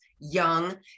young